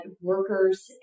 workers